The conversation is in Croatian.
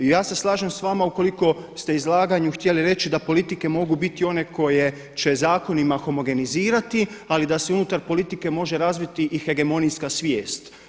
I ja se slažem s vama ukoliko ste u izlaganju htjeli reći da politike mogu biti one koje će zakonima homogenizirati, ali da se unutar politike može razviti i hegemonijska svijest.